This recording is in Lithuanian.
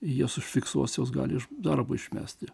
juos užfiksuos juos gali iš darbo išmest